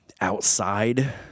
Outside